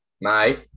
mate